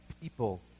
people